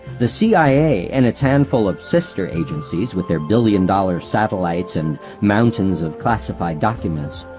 the c i a. and its handful of sister agencies, with their billion dollar satellites and mountains of classified documents,